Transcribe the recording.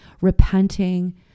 repenting